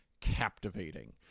captivating